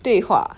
对话